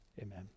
Amen